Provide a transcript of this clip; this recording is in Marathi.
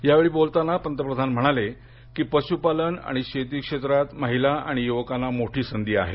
यावेळी बोलताना पंतप्रधान मोदी म्हणाले की पशुपालन आणि शेती क्षेत्रात महिला आणि युवकांना मोठी संधी आहे